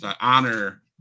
honor